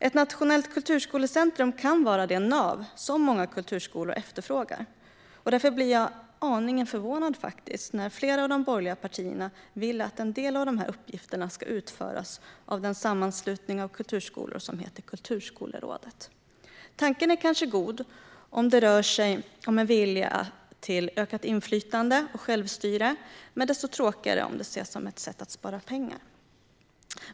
Ett nationellt kulturskolecentrum kan vara det nav som många kulturskolor efterfrågar. Därför blir jag aningen förvånad när flera av de borgerliga partierna vill att en del av de här uppgifterna ska utföras av den sammanslutning av kulturskolor som heter Kulturskolerådet. Tanken är kanske god om det rör sig om en vilja till ökat inflytande och självstyre, men desto tråkigare om det ses som ett sätt att spara pengar.